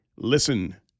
listen